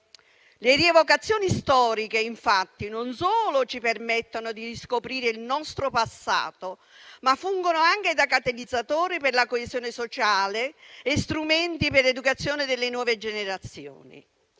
Le rievocazioni storiche, infatti, non solo ci permettono di riscoprire il nostro passato, ma fungono anche da catalizzatore per la coesione sociale e strumenti per l'educazione delle nuove generazioni.